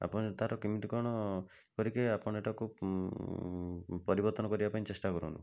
ଆପଣ ତାର କେମିତି କ'ଣ କରିକି ଆପଣ ଏଇଟାକୁ ପରିବର୍ତ୍ତନ କରିବା ପାଇଁ ଚେଷ୍ଟା କରନ୍ତୁ